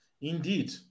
Indeed